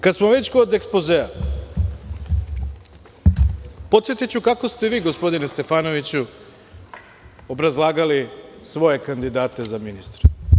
Kad smo već kod ekspozea, podsetiću kako ste vi, gospodine Stefanoviću, obrazlagali svoje kandidate za ministre.